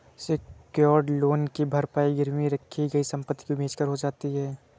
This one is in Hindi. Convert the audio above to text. सेक्योर्ड लोन की भरपाई गिरवी रखी गई संपत्ति को बेचकर हो जाती है